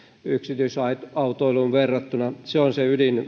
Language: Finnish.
yksityisautoiluun verrattuna se on se ydin